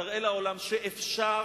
תראה לעולם שאפשר,